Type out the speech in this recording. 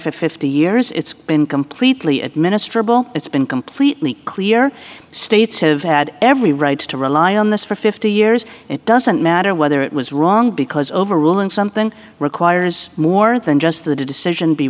fifty years it's been completely administer bill it's been completely clear states have had every right to rely on this for fifty years it doesn't matter whether it was wrong because overruling something requires more than just the decision be